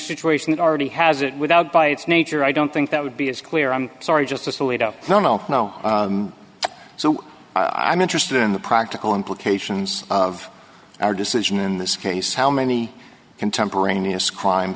situation it already has it without by its nature i don't think that would be as clear i'm sorry just this alito no no no so i'm interested in the practical implications of our decision in this case how many contemporaneous crime